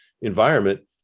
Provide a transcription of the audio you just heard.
environment